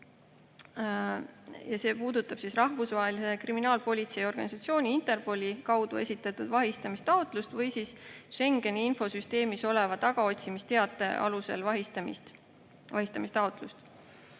See puudutab Rahvusvahelise Kriminaalpolitsei Organisatsiooni (Interpol) kaudu esitatud vahistamistaotlust või Schengeni infosüsteemis oleva tagaotsimisteate alusel vahistamistaotlust.